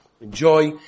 Enjoy